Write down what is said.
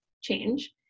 change